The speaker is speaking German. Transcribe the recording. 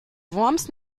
worms